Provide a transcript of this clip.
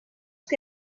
què